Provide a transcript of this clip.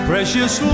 Precious